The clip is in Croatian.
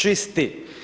Čisti.